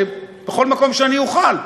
ובכל מקום שאוכל,